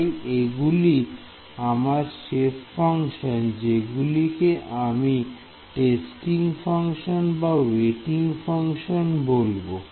তাই এগুলি আমার সেপ ফাংশন যেগুলোকে আমি টেস্টিং ফাংশন বা ওয়েট ফাংশন বলবো